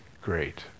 great